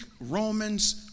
Romans